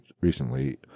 recently